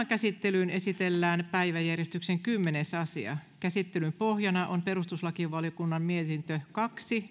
käsittelyyn esitellään päiväjärjestyksen kymmenes asia käsittelyn pohjana on perustuslakivaliokunnan mietintö kaksi